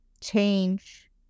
change